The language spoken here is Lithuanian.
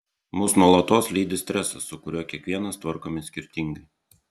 mus nuolatos lydi stresas su kuriuo kiekvienas tvarkomės skirtingai